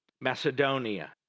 Macedonia